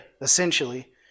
essentially